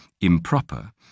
improper